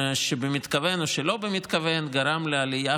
במתכוון או שלא במתכוון גרם לעלייה